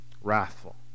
wrathful